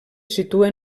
situa